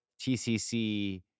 TCC